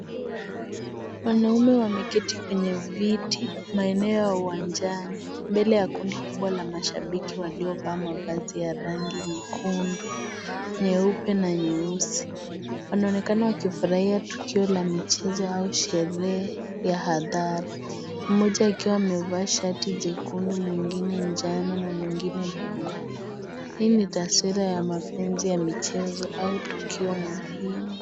Wanaume wameketi kwenye viti maeneo ya uwanjani, mbele ya kundi kubwa la mashabiki waliovaa mavazi ya rangi ya nyekundu , nyeupe na nyeusi. Wanaonekana wakifurahia tukio la michezo au sherehe ya hadhara. Mmoja akiwa amevaa shati jekundu, mwengine la njano na mwengne bluu. Hii ni taswira ya mapenzi ya michezo au tukio muhimu.